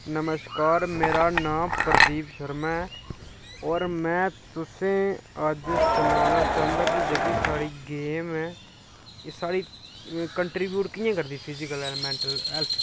नमश्कार मेरा नांऽ प्रदीप शर्मा ऐ होर में तुसें ई अज्ज सनाना चाहंदा कि जेह्की साढ़ी गेम ऐ एह् कन्ट्रीब्यूट कि'यां करदी फिजिकल होर मेंटल हेल्थ गी